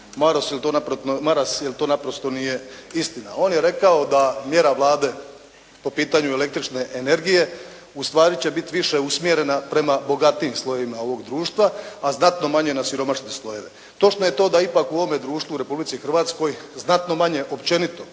Maras jer to naprosto nije istina. On je rekao da mjera Vlade po pitanju električne energije ustvari će biti više usmjerena prema bogatijim slojevima ovog društva, a znatno manje na siromašne slojeve. Točno je to da ipak u ovome društvu u Republici Hrvatskoj znatno manje općenito